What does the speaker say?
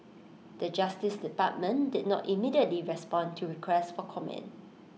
the justice department did not immediately respond to request for comment